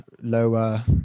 lower